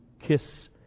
kiss